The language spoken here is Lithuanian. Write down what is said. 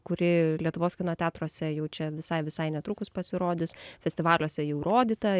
kuri lietuvos kino teatruose jau čia visai visai netrukus pasirodys festivaliuose jau rodyta